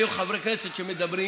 היו חברי כנסת שדיברו